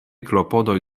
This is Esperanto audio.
klopodoj